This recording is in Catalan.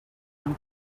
van